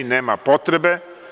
Nema potrebe.